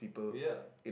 ya